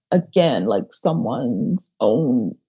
again, like someone, oh,